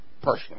personally